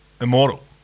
immortal